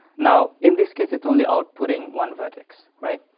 now, in this case, it's only outputting one vertex. right?